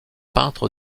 peintre